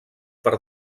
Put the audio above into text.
per